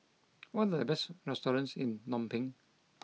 what are the best restaurants in Phnom Penh